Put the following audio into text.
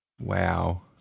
Wow